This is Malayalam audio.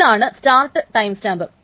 ഇതാണ് സ്റ്റാർട്ട് ടൈംസ്റ്റാമ്പ്